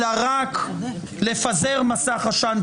אלא רק לפזר מסך של עשן,